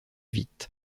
vite